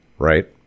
Right